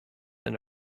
and